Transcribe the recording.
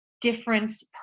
difference